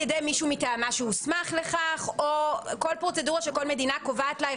ידי מישהו מטעמה שהוסמך לכך או כל פרוצדורה שכל מדינה קובעת לה.